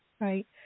Right